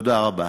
תודה רבה.